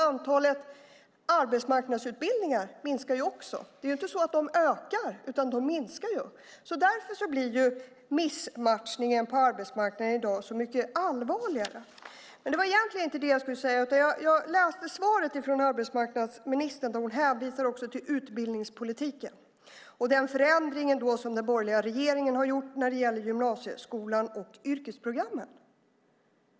Antalet arbetsmarknadsutbildningar minskar också. De ökar inte, utan de minskar. Därför blir missmatchningen på arbetsmarknaden i dag så mycket allvarligare. Men det var egentligen inte det jag skulle säga. Jag läste svaret från arbetsmarknadsministern där hon hänvisar till utbildningspolitiken och den förändring som den borgerliga regeringen har gjort när det gäller gymnasieskolan och yrkesprogrammen.